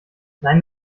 nein